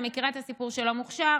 אני מכירה את הסיפור של המוכש"ר,